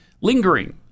lingering